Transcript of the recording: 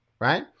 right